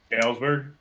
Galesburg